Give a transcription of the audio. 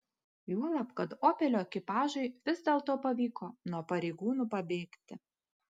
juolab kad opelio ekipažui vis dėlto pavyko nuo pareigūnų pabėgti